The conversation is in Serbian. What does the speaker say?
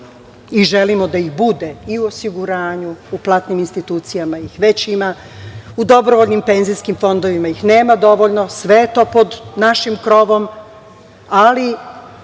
i želimo da ih bude i u osiguranju, u platnim institucijama ih već ima, u dobrovoljnim penzijskim fondovima ih nema dovoljno, sve je to pod našim krovom, ali